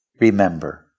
remember